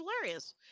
hilarious